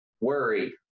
worry